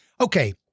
Okay